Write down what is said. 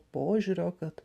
požiūrio kad